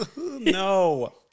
No